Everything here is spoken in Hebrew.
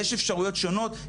יש אפשריות שונות,